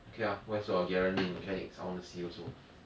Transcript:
okay ah where's your garen main mechanics I wanna see also